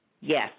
Yes